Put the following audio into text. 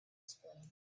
explain